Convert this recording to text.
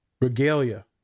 regalia